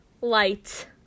light